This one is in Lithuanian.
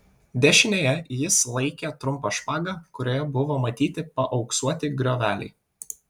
dešinėje jis laikė trumpą špagą kurioje buvo matyti paauksuoti grioveliai